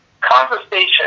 conversation